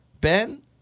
Ben